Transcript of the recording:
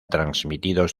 transmitidos